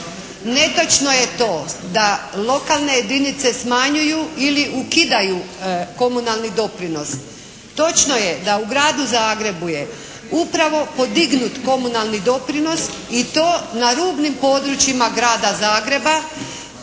Netočno je to da lokalne jedinice smanjuju ili ukidaju komunalni doprinos. Točno je da u Gradu Zagrebu je upravo podignut komunalni doprinos i to na rubnim područjima Grada Zagreba,